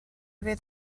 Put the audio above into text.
fydd